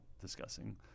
discussing